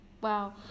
Wow